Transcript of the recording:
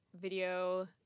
video